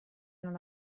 non